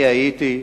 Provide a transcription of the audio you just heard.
אני הייתי,